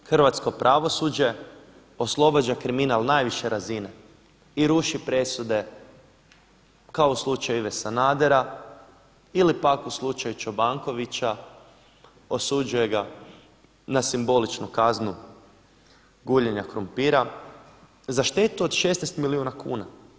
Nažalost, hrvatsko pravosuđe oslobađa kriminal najviše razine i ruši presude kao u slučaju Ive Sanadera ili pak u slučaju Čobankovića, osuđuje ga na simboličnu kaznu guljenja krumpira za štetu od 16 milijuna kuna.